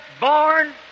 born